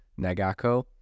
Nagako